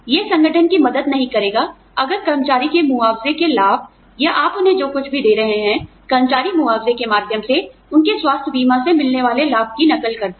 यह संगठन की मदद नहीं करेगा अगर कर्मचारी के मुआवज़े के लाभ या आप उन्हें जो कुछ भी दे रहे हैं कर्मचारी मुआवज़े के माध्यम से उनके स्वास्थ्य बीमा से मिलने वाले लाभ की नकल करता है